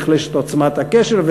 נחלשת עוצמת הקשר,